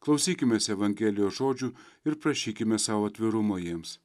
klausykimės evangelijos žodžių ir prašykime sau atvirumo jiems